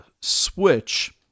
switch